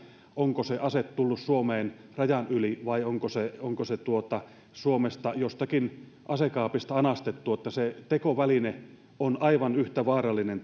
onko se ase tullut suomeen rajan yli vai onko se onko se suomesta jostakin asekaapista anastettu se tekoväline on aivan yhtä vaarallinen